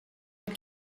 mit